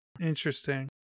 interesting